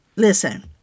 Listen